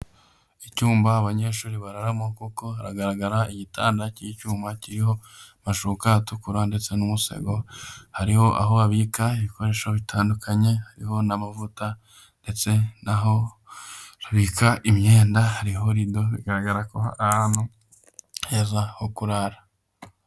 Icyumba abanyeshuri bararamo kuko haragaragara igitanda cy'icyuma kiriho amashuka atukura ndetse n'umusego, hariho aho babika ibikoresho bitandukanye, hariho n'amavuta ndetse n'aho babika imyenda, hariho rido, bigaragara ko ari ahantu heza ho kurara.